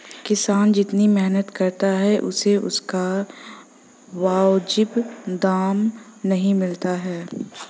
किसान जितनी मेहनत करता है उसे उसका वाजिब दाम नहीं मिलता है